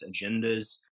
agendas